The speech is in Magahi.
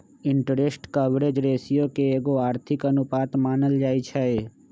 इंटरेस्ट कवरेज रेशियो के एगो आर्थिक अनुपात मानल जाइ छइ